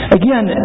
again